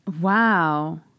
Wow